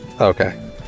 okay